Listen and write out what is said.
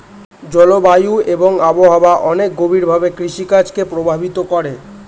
জলবায়ু এবং আবহাওয়া অনেক গভীরভাবে কৃষিকাজ কে প্রভাবিত করে